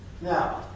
Now